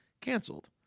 canceled